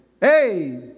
hey